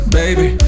baby